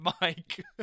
Mike